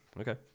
Okay